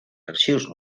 arxius